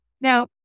Now